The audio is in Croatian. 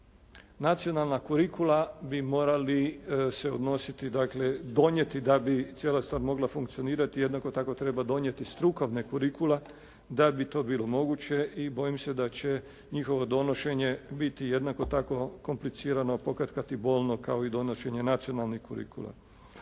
Nacionalna kurikula bi morali se odnositi, dakle donijeti da bi cijela stvar mogla funkcionirati. Jednako tako, treba donijeti strukovne kurikule da bi to bilo moguće i bojim se da će njihovo donošenje biti jednako tako komplicirano, pokatkad i bolno kao i donošenje nacionalnih kurikula.